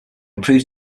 improve